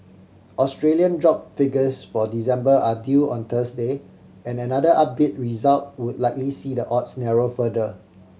Australian job figures for December are due on Thursday and another upbeat result would likely see the odds narrow further